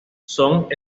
son